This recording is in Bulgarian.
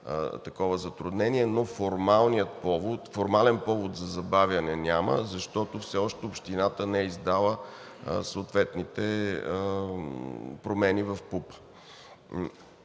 такова затруднение, но формален повод за забавяне няма, защото все още Общината не е издала съответните промени в ПУП.